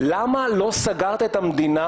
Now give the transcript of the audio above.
לא סוגרת את המדינה